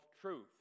truth